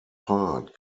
part